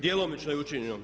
Djelomično je učinjeno.